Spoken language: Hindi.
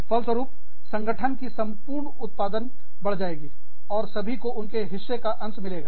फलस्वरूप संगठन की संपूर्ण उत्पादन बढ़ जाएगी और सभी को उनके हिस्से का अंश मिलेगा